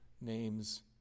names